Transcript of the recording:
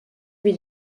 lui